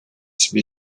себе